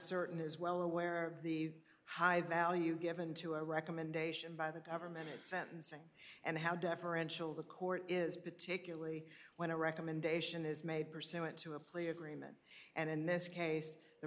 certain is well aware of the high value given to a recommendation by the government sentencing and how deferential the court is particularly when a recommendation is made pursuant to a plea agreement and in this case the